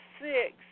six